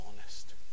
honest